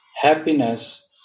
happiness